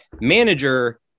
manager